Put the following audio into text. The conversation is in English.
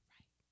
Right